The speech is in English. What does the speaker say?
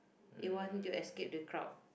you want to escape the crowd